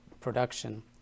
production